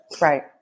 Right